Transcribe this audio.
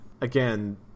Again